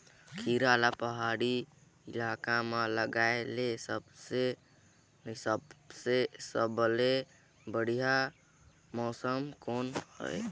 खीरा ला पहाड़ी इलाका मां लगाय के सबले बढ़िया मौसम कोन हवे?